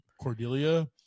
cordelia